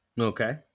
Okay